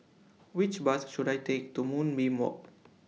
Which Bus should I Take to Moonbeam Walk